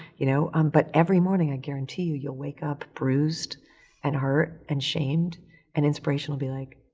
you know? um but every morning i guarantee you you'll wake up bruised and hurt and shamed and inspiration will be like,